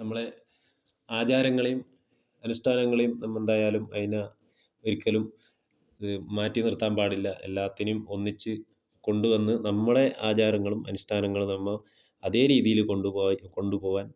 നമ്മളുടെ ആചാരങ്ങളെയും അനുഷ്ഠാനങ്ങളെയും നമ്മൾ എന്തായാലും അതിനെ ഒരിക്കലും ഇത് മാറ്റിനിർത്താൻ പാടില്ല എല്ലാത്തിനേം ഒന്നിച്ച് കൊണ്ട് വന്ന് നമ്മളെ ആചാരങ്ങളും അനുഷ്ഠാനങ്ങളും നമ്മൾ അതേ രീതിയിൽ കൊണ്ട് പോവാൻ കൊണ്ട് പോവാൻ